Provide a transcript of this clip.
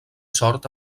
sort